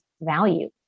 value